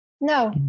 No